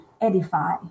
edify